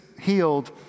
healed